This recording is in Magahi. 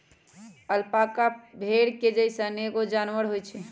अलपाका भेड़ के जइसन एगो जानवर होई छई